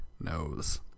Knows